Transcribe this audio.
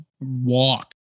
walk